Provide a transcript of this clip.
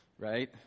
right